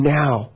now